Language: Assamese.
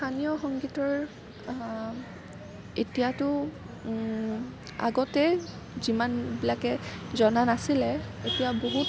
স্থানীয় সংগীতৰ এতিয়াতো আগতে যিমানবিলাকে জনা নাছিলে এতিয়া বহুত